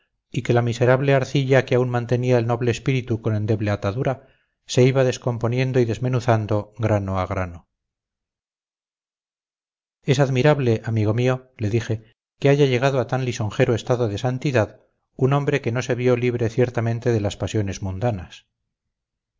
y que la miserable arcilla que aún mantenía el noble espíritu con endeble atadura se iba descomponiendo y desmenuzando grano a grano es admirable amigo mío le dije que haya llegado a tan lisonjero estado de santidad un hombre que no se vio libre ciertamente de las pasiones mundanas